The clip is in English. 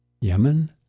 Yemen